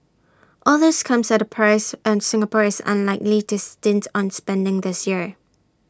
all this comes at A price and Singapore is unlikely to stint on spending this year